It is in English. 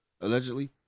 allegedly